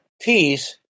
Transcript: peace